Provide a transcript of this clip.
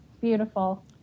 beautiful